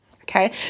Okay